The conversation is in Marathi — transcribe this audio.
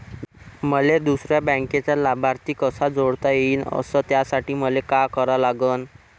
मले दुसऱ्या बँकेचा लाभार्थी कसा जोडता येईन, अस त्यासाठी मले का करा लागन?